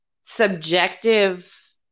subjective